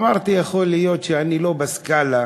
אמרתי: יכול להיות שאני לא בסקאלה